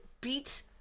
beat